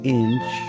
inch